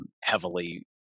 heavily